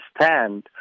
understand